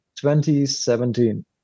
2017